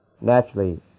Naturally